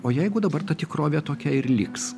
o jeigu dabar ta tikrovė tokia ir liks